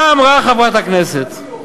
בשביל מה נבחרנו לכנסת?